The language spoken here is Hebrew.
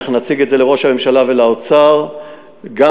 ואנחנו נציג את זה לראש הממשלה ולאוצר גם